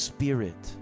Spirit